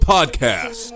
Podcast